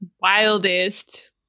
wildest